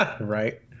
Right